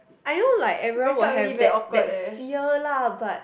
I know like everyone will have that that fear lah but